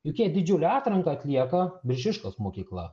juk jie didžiulę atranką atlieka biržiškos mokykla